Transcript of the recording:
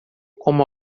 como